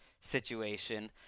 situation